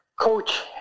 coach